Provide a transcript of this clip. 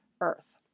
Earth